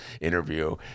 interview